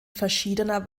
verschiedener